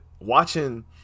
watching